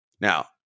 Now